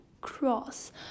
cross